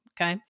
okay